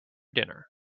dinner